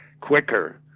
quicker